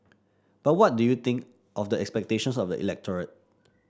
but what do you think of the expectations of the electorate